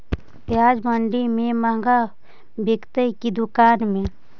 प्याज मंडि में मँहगा बिकते कि दुकान में?